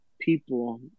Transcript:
people